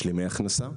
משלימי הכנסה.